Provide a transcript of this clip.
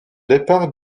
départ